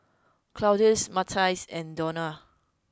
Claudius Matias and Donal